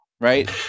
right